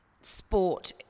sport